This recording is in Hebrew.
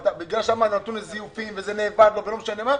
אבל בגלל ששם זה נתון לזיופים וזה נאבד לו ולא משנה מה,